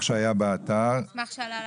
שעלה לאתר.